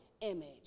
image